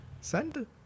send